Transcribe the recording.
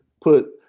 put